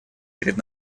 перед